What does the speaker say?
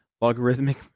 logarithmic